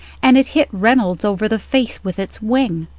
and it hit reynolds over the face with its wing.